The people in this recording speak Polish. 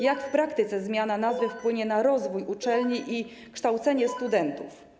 Jak w praktyce zmiana nazwy wpłynie na rozwój uczelni i kształcenie studentów?